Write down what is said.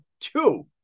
two